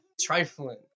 trifling